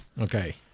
okay